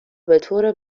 بطور